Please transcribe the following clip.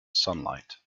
sunlight